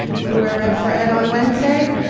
we wear red for ed on wednesdays.